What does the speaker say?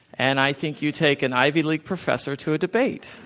and i think you take an ivy league professor to a debate.